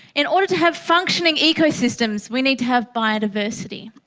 in order to have functioning ecosystems we need to have biodiversity.